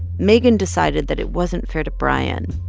megan decided that it wasn't fair to brian.